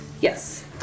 yes